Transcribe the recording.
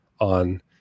on